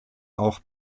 auch